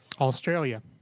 Australia